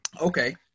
Okay